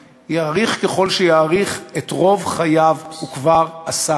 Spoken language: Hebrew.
השחרור, אבל עכשיו